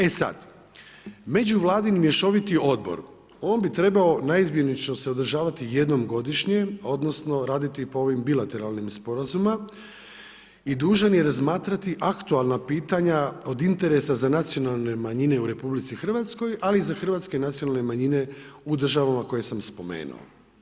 E sad, Međuvladin mješoviti odbor, on bi trebao naizmjenično se održavati jednom godišnje, odnosno raditi po ovim bilateralnim sporazumima i dužan je razmatrati aktualna pitanja od interesa za nacionalne manjine u RH, ali i za hrvatske nacionalne manjine u državama koje sam spomenuo.